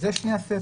אלה שני הסטים.